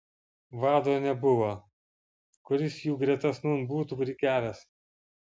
vado nebuvo kuris jų gretas nūn būtų rikiavęs